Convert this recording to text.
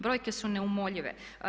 Brojke su neumoljive.